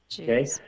Okay